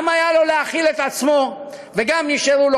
גם היה לו להאכיל את עצמו וגם נשארו לו